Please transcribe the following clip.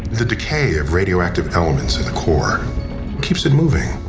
the decay of radioactive elements in the core keeps it moving.